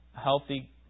healthy